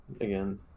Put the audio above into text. again